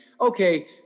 okay